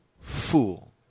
fool